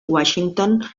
washington